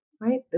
right